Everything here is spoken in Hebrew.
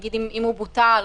למשל אם הוא בוטל.